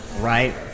right